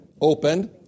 Opened